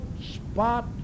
spot